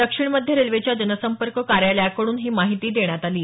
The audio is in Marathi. दक्षिण मध्य रेल्वेच्या जनसंपर्क कार्यालयाकडून ही माहिती देण्यात आली आहे